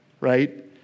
right